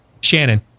Shannon